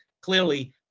clearly